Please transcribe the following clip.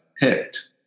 picked